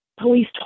police